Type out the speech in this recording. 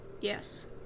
Yes